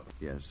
Yes